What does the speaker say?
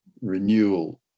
renewal